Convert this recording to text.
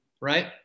right